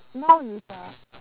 now is uh